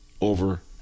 over